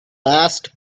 last